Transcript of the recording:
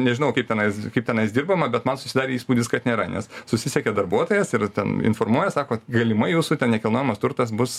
nežinau kaip tenais kaip tenais dirbama bet man susidarė įspūdis kad nėra nes susisiekė darbuotojas ir ten informuoja sako galimai jūsų ten nekilnojamas turtas bus